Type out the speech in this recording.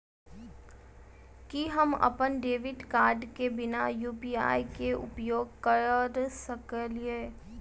की हम अप्पन debit card केँ बिना यु.पी.आई केँ उपयोग करऽ सकलिये?